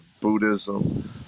Buddhism